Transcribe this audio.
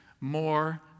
more